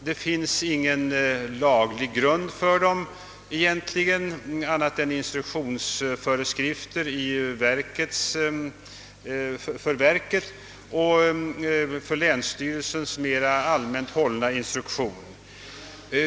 Det finns egentligen ingen laglig grund för dem annat än i form av föreskrifter för verket och länsstyrelsernas mera allmänt hållna instruktion.